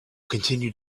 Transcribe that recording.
continued